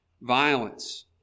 Violence